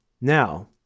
Now